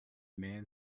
man